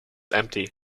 empty